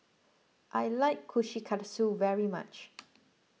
I like Kushikatsu very much